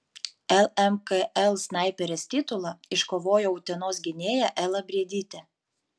lmkl snaiperės titulą iškovojo utenos gynėja ela briedytė